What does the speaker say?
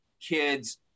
kids